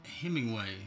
Hemingway